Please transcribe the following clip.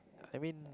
I mean